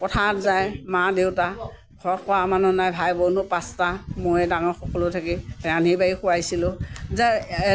পথাৰত যায় মা দেউতা ঘৰত কৰা মানুহ নাই ভাই ভনীও পাঁচটা ময়ে ডাঙৰ সকলোত থাকি ৰান্ধি বাঢ়ি খোৱাইছিলোঁ যে